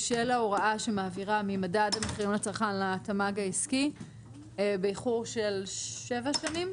של ההוראה שמעבירה ממדד המחירים לצרכן לתמ"ג העסקי באיחור של שבע שנים.